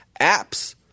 apps